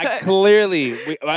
Clearly